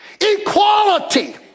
equality